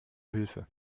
hilfe